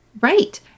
Right